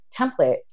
template